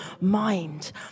mind